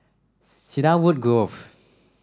Cedarwood Grove